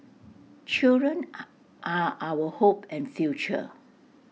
children are are our hope and future